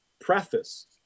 preface